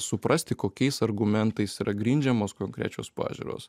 suprasti kokiais argumentais yra grindžiamos konkrečios pažiūros